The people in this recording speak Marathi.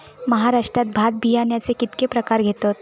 महाराष्ट्रात भात बियाण्याचे कीतके प्रकार घेतत?